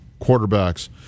quarterbacks